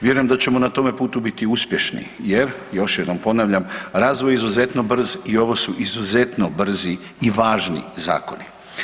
Vjerujem da ćemo na tome putu biti uspješni jer, još jednom ponavljam, razvoj izuzetno brz i ovo su izuzetno brzi i važni zakoni.